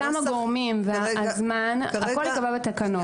אותם גורמים והזמן, הכול ייקבע בתקנות.